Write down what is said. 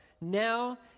Now